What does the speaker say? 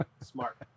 smart